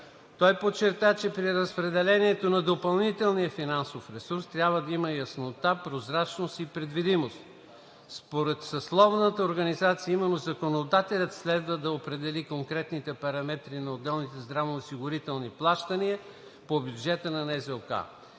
Той подчерта, че при разпределението на допълнителния финансов ресурс трябва да има яснота, прозрачност и предвидимост. Според съсловната организация именно законодателят следва да определи конкретните параметри на отделните здравноосигурителни плащания по бюджета на НЗОК.